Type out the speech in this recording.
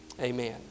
Amen